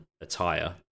attire